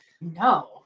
No